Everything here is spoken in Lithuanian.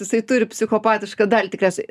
jisai turi psichopatišką dalį tikriausiai